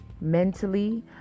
mentally